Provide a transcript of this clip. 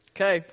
Okay